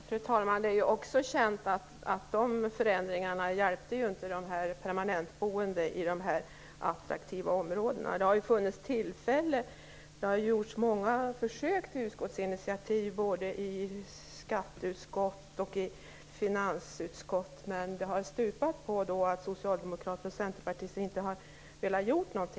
Fru talman! Det är ju också känt att dessa förändringar inte hjälpte de permanentboende i attraktiva områden. Det har gjorts många försök till utskottsinitiativ både i skatteutskottet och i finansutskottet, men det har stupat på att socialdemokrater och centerpartister inte har velat göra något.